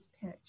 pitch